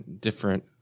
different